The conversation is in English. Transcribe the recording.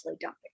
dumping